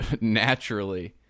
naturally